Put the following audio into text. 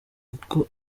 kuko